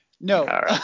No